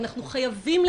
כי שוב,